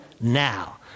now